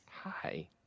Hi